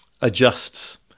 adjusts